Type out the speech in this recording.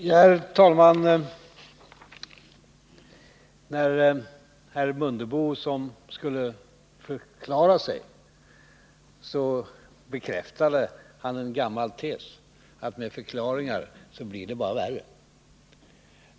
Herr talman! När herr Mundebo skulle förklara sig bekräftade han en gammal tes, att med förklaringar blir det bara värre.